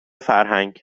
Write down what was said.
فرهنگ